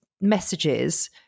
messages